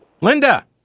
Linda